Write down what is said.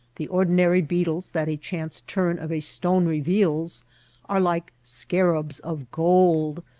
the ordinary beetles that a chance turn of a stone reveals are like scarabs of gold,